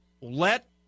let